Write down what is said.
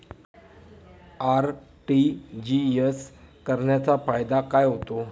RTGS करण्याचा फायदा काय होतो?